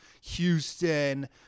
houston